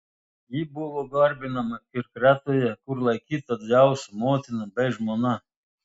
ji buvo garbinama ir kretoje kur laikyta dzeuso motina bei žmona